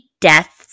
deaths